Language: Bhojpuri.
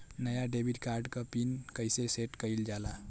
नया डेबिट कार्ड क पिन कईसे सेट कईल जाला?